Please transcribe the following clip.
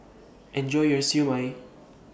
Enjoy your Siew Mai